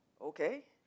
okay